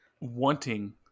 wanting